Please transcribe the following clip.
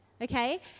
okay